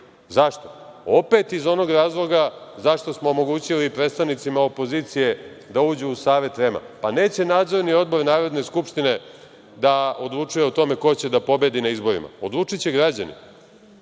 Zašto? Opet iz onog razloga zašto smo omogućili predstavnicima opozicije da uđu u Savet REM-a. Pa neće Nadzorni odbor Narodne skupštine da odlučuje o tome ko će da pobedi na izborima. Odlučiće građani.